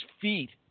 feet